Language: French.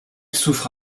souffre